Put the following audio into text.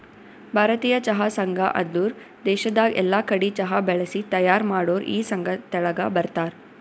ಭಾರತೀಯ ಚಹಾ ಸಂಘ ಅಂದುರ್ ದೇಶದಾಗ್ ಎಲ್ಲಾ ಕಡಿ ಚಹಾ ಬೆಳಿಸಿ ತೈಯಾರ್ ಮಾಡೋರ್ ಈ ಸಂಘ ತೆಳಗ ಬರ್ತಾರ್